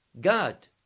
god